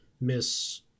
Miss